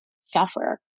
software